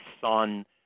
son